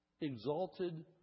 exalted